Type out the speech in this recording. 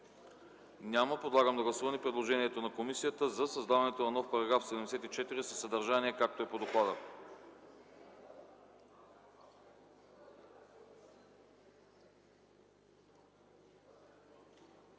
Няма. Подлагам на гласуване предложението на комисията за създаване на нови параграфи 55, 56 и 57, както са по доклада.